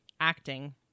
acting